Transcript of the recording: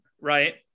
right